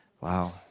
Wow